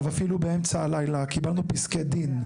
אפילו באמצע הלילה, קיבלנו פסקי דין.